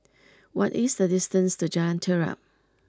what is the distance to Jalan Terap